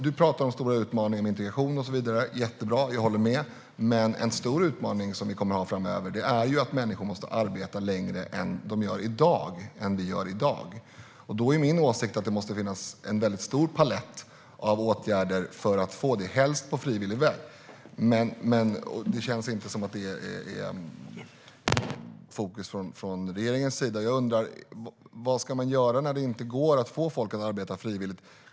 Du talar om stora utmaningar med integration och så vidare, Rickard Persson. Det är jättebra, och jag håller med. Men en stor utmaning vi har framöver är att människor måste arbeta längre än i dag. Då måste det finnas en stor palett av åtgärder för att få till det, helst på frivillig väg. Men det känns inte som att regeringen har fokus på det. Vad ska man göra när det inte går att få folk att arbeta frivilligt?